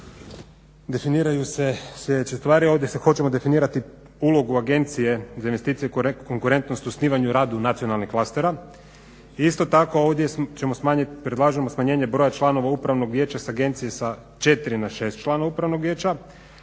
definiraju se sljedeće stvari. Ovdje se, hoćemo definirati ulogu agencije za investicije, konkurentnost osnivanju i radu nacionalnih klastera. I isto tako ovdje ćemo smanjiti, predlažemo smanjenje broja članova upravnog vijeća sa agencije sa četiri na 6 članova upravnog vijeća.